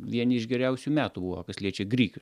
vieni iš geriausių metų buvo kas liečia grikių